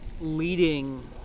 leading